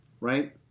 right